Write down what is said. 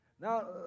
Now